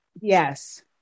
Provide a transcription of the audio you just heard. Yes